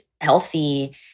healthy